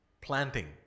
planting